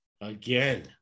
again